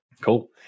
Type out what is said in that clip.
Cool